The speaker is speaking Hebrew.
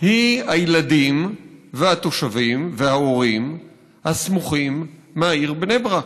היא הילדים והתושבים וההורים הסמוכים מהעיר בני ברק.